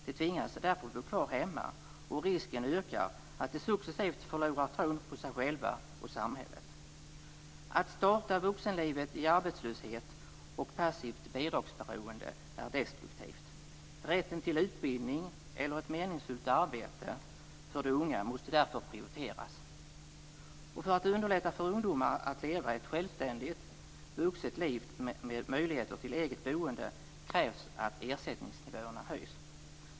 De tvingas därför bo kvar hemma och risken ökar för att de successivt förlorar tron på sig själva och samhället. Att starta vuxenlivet i arbetslöshet och passivt bidragsberoende är destruktivt. Rätten till utbildning eller ett meningsfullt arbete för de unga måste därför prioriteras. Och för att underlätta för ungdomar att leva ett självständigt vuxet liv med möjlighet till eget boende krävs att ersättningsnivåerna höjs.